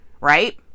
right